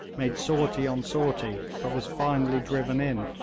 made sortie on sortie, but was finally driven in,